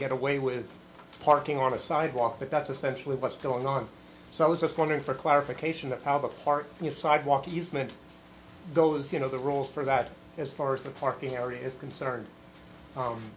get away with parking on a sidewalk but that's essentially what's going on so i was just wondering for clarification of how the part of sidewalk easement goes you know the rules for that as far as the parking area is concerned